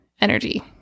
energy